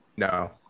No